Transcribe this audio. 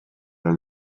alla